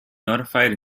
notified